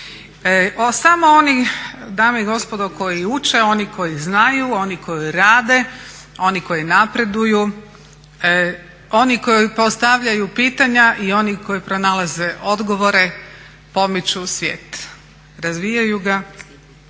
Samo oni, dame i gospodo koji uče, oni koji znaju, oni koji rade, oni koji napreduju, oni koji postavljaju pitanja i oni koji pronalaze odgovore pomiču svijet, razvijaju ga.